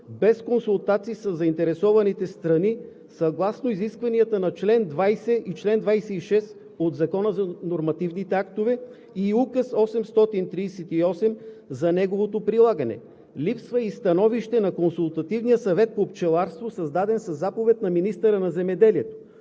без консултации със заинтересованите страни, съгласно изискванията на чл. 20 и чл. 26 от Закона за нормативните актове и Указ № 838 за неговото прилагане. Липсва и становище на Консултативния съвет по пчеларство, създаден със заповед на министъра на земеделието.